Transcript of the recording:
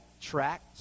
Track